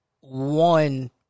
One